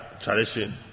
tradition